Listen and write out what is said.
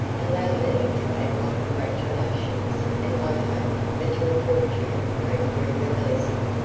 allow me to add my congratulations, and my hope that your fortune may prove a blessing.